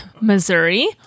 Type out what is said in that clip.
Missouri